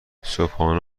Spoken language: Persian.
صبحانه